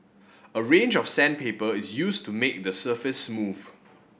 a range of sandpaper is used to make the surface smooth